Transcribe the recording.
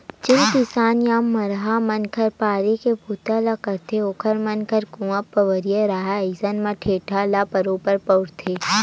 जेन किसान या मरार मन ह बाड़ी के बूता ल करय ओखर मन घर कुँआ बावली रहाय अइसन म टेंड़ा ल बरोबर बउरय